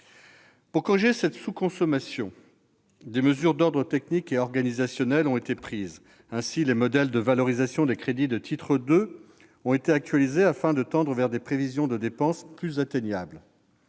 Pour corriger cette sous-consommation, des mesures d'ordre technique et organisationnel ont été prises. Ainsi, les modèles de valorisation des crédits de titre 2 ont été actualisés, afin de tendre vers des prévisions de dépenses plus faciles